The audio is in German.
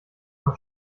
mal